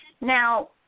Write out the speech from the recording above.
Now